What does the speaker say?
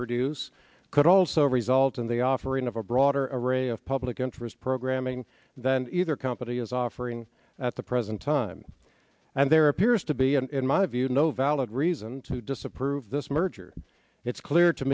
produce could also result in the offering of a broader array of public interest programming than either company is offering at the present time and there appears to be and in my view no valid reason to disapprove this merger it's clear to